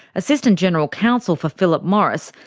assistant general counsel for philip morris,